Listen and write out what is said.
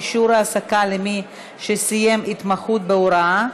אישור העסקה למי שסיים התמחות בהוראה),